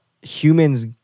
humans